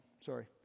Sorry